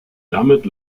damit